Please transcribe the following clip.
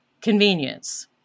convenience